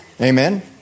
Amen